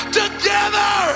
together